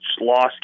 lost